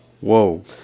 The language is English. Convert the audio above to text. Whoa